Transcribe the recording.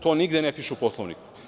To nigde ne piše u Poslovniku.